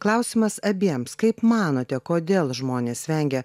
klausimas abiems kaip manote kodėl žmonės vengia